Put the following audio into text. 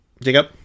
Jacob